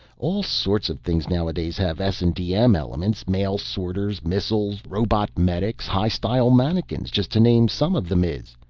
all sorts of things nowadays have s and dm elements. mail sorters, missiles, robot medics, high-style mannequins, just to name some of the ms.